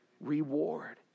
reward